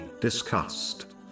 discussed